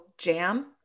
jam